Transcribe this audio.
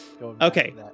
okay